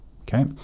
okay